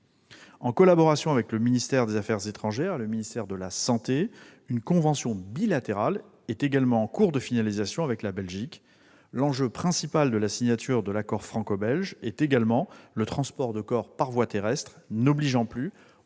En collaboration avec le ministère des affaires étrangères et le ministère de la santé, une convention bilatérale est également en cours de finalisation avec la Belgique. L'enjeu principal de la signature de l'accord franco-belge est également le transport de corps par voie terrestre n'obligeant plus